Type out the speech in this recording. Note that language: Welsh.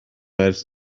ers